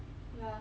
ya